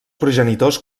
progenitors